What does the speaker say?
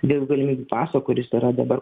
dėl galimybių paso kuris yra dabar